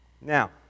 Now